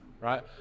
right